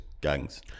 gangs